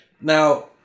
Now